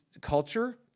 culture